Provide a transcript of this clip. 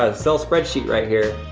ah excel spreadsheet right here,